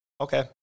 Okay